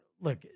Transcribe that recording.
look